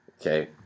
Okay